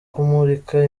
kumurika